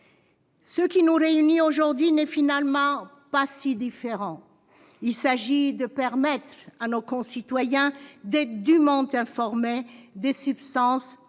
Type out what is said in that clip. Ce qui nous réunit aujourd'hui n'est finalement pas si différent. Il s'agit de permettre à nos concitoyens d'être dûment informés des substances auxquelles